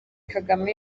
kagame